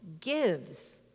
gives